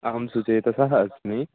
अहं सुचेतसः अस्मि